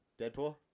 Deadpool